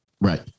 right